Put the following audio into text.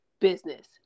business